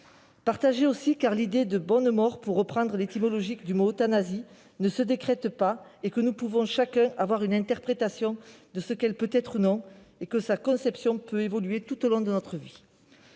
partagé aussi, car une « bonne mort », pour reprendre l'étymologie du mot euthanasie, ne se décrète pas. Nous pouvons chacun avoir une interprétation de ce qu'elle peut être ou non et cette conception peut évoluer tout au long de notre vie.